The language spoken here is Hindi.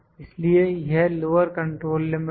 इसलिए यह लोअर कंट्रोल लिमिट है